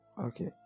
Okay